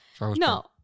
No